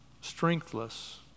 strengthless